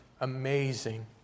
Amazing